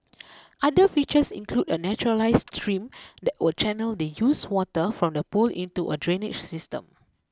other features include a naturalised stream that will channel the used water from the pool into a drainage system